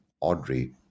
Audrey